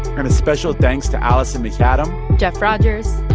and a special thanks to alison macadam jeff rogers.